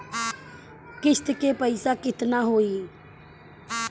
किस्त के पईसा केतना होई?